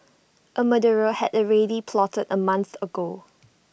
A murder had already been plotted A month ago